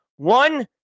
One